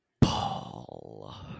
Paul